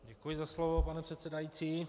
Děkuji za slovo, pane předsedající.